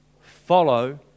follow